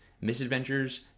Misadventures